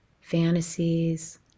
fantasies